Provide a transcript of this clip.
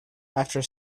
after